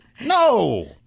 no